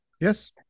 Yes